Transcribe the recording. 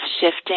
shifting